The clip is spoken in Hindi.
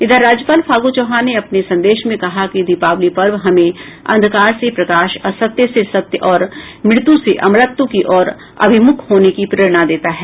इधर राज्यपाल फागू चौहान ने अपने संदेश में कहा है कि दीपावली पर्व हमें अंधकार से प्रकाश असत्य से सत्य और मृत्यु से अमरत्व की ओर अभिमुख होने की प्रेरणा देता है